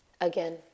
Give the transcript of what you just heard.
again